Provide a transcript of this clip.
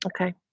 Okay